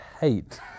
hate